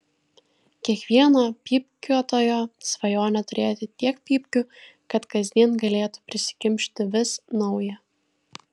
kiekvieno pypkiuotojo svajonė turėti tiek pypkių kad kasdien galėtų prisikimšti vis naują